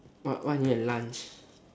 what what he had lunch